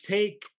Take